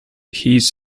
his